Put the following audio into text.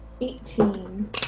Eighteen